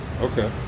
Okay